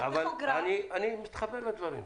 הטכוגרף --- אני מתחבר לדברים.